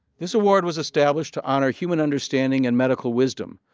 this award was established to honor human understanding and medical wisdom,